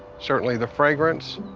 certainly the fragrance,